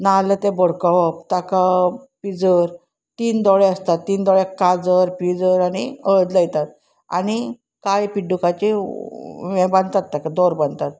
नाल्ले तें बडकावप ताका पिंजर तीन दोळे आसतात तीन दोळ्याक काजर पिंजर आनी हळद लायतात आनी काळी पिड्डुकाची हे बांदतात ताका दोर बांदतात